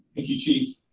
you chief.